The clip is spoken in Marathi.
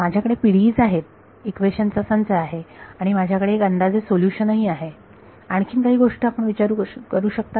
माझ्याकडे PDE s आहेत इक्वेशन चा संच आहे आणि माझ्याकडे एक अंदाजे सोल्युशन आहे आणखीन काही गोष्टी आपण विचार करू शकता का